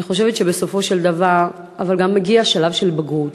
אני חושבת שבסופו של דבר מגיע שלב של בגרות,